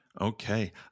Okay